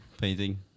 painting